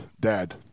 Dad